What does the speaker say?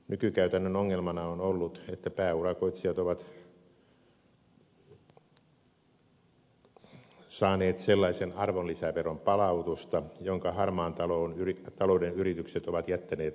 nykykäytännön ongelmana on ollut että pääurakoitsijat ovat saaneet sellaista arvonlisäveron palautusta jonka harmaan talouden yritykset ovat jättäneet maksamatta